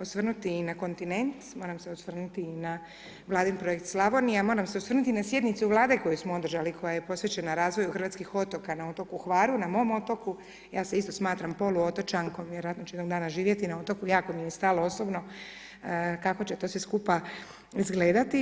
osvrnuti i na kontinent, moram se osvrnuti na Vladin projekt Slavonija, moram se osvrnuti na sjednicu Vlade koju smo održali, koja je posvećena razvoju hrvatskih otoka, na otoku Hvaru, na mom otoku, ja se isto smatram poluotočankom, vjerojatno ću jednog dana živjeti na otoku, jako mi je stalo osobno kako će to sve skupa izgledati.